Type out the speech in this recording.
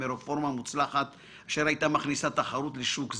מרפורמה מוצלחת אשר הייתה מכניסה תחרות לשוק זה,